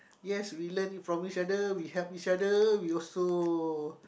yes we learn from each other we help each other we also